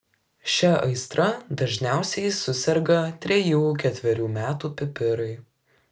šia aistra dažniausiai suserga trejų ketverių metų pipirai